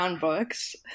books